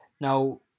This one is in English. Now